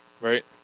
Right